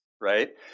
right